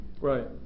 Right